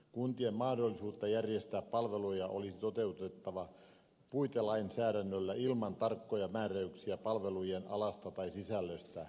kuntien mahdollisuutta järjestää palveluja olisi toteutettava puitelainsäädännöllä ilman tarkkoja määräyksiä palvelujen alasta tai sisällöstä